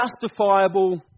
justifiable